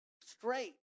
straight